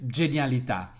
genialità